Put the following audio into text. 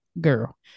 girl